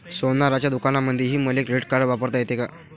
सोनाराच्या दुकानामंधीही मले क्रेडिट कार्ड वापरता येते का?